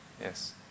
Yes